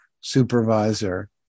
supervisor